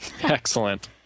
Excellent